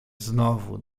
znowu